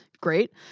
Great